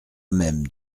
même